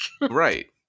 Right